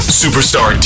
superstar